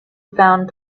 found